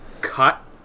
cut